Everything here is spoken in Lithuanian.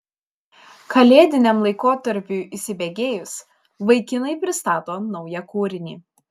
kalėdiniam laikotarpiui įsibėgėjus vaikinai pristato naują kūrinį